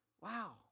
Wow